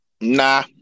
Nah